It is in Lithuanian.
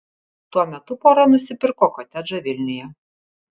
tuo metu pora nusipirko kotedžą vilniuje